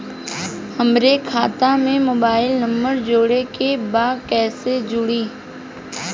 हमारे खाता मे मोबाइल नम्बर जोड़े के बा कैसे जुड़ी?